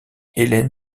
hélène